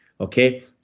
Okay